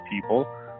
people